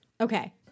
Okay